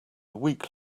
week